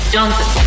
Johnson